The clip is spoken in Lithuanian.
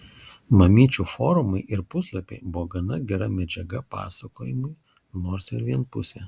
mamyčių forumai ir puslapiai buvo gana gera medžiaga pasakojimui nors ir vienpusė